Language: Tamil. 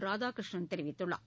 ராதாகிருஷ்ணன் தெரிவித்துள்ளார்